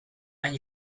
and